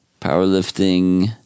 Powerlifting